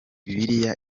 bibiliya